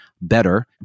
better